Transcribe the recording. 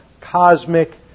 cosmic